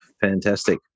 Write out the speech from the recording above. Fantastic